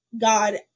God